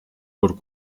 por